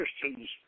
Christians